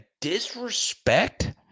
disrespect